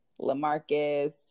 LaMarcus